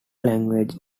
language